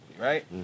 right